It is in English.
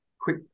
quick